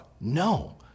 No